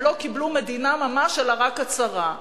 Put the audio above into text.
הם לא קיבלו מדינה ממש אלא רק הצהרה.